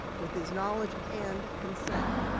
with his knowledge and consent.